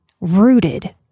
rooted